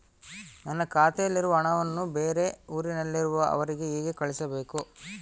ನನ್ನ ಖಾತೆಯಲ್ಲಿರುವ ಹಣವನ್ನು ಬೇರೆ ಊರಿನಲ್ಲಿರುವ ಅವರಿಗೆ ಹೇಗೆ ಕಳಿಸಬೇಕು?